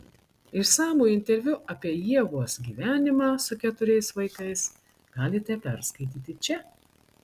išsamų interviu apie ievos gyvenimą su keturiais vaikais galite perskaityti čia